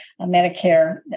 Medicare